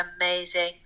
amazing